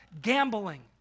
gambling